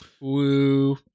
Woo